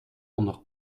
onder